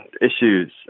issues